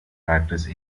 practice